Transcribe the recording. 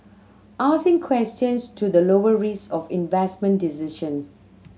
asking questions to the lower risk of investment decisions